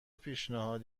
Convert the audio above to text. پیشنهاد